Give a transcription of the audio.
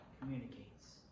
communicates